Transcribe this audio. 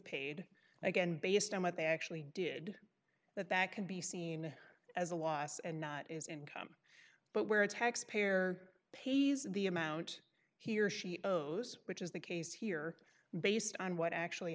paid again based on what they actually did that that can be seen as a loss and not is income but where a taxpayer pays the amount he or she owes which is the case here based on what actually